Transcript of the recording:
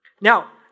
Now